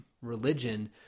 religion